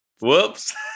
whoops